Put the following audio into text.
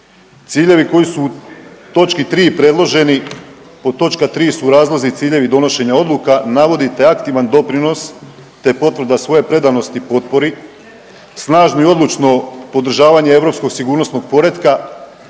Ciljevi koji su u točki 3. predloženi, pod točka 3. su razlozi i ciljevi donošenja odluka navodite aktivan doprinos, te je potvrda svoje predanosti potpori, snažno i odlučno podržavanje europskog sigurnosnog poretka